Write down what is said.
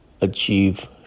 achieve